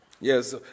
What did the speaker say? Yes